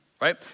right